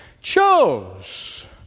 Chose